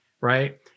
right